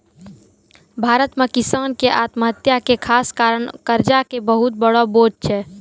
भारत मॅ किसान के आत्महत्या के खास कारण कर्जा के बहुत बड़ो बोझ छै